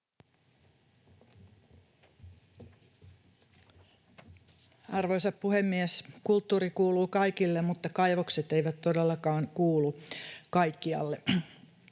Arvoisa puhemies! Kulttuuri kuuluu kaikille, mutta kaivokset eivät todellakaan kuulu kaikkialle.